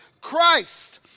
Christ